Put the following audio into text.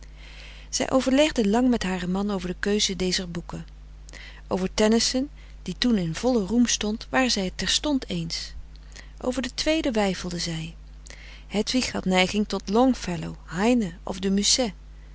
zij overlegde lang met haren man over de keuze dezer boeken over tennyson die toen in vollen roem stond waren zij het terstond eens over den tweeden weifelden zij hedwig had neiging tot longfellow heine of de